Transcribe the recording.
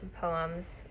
poems